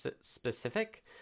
specific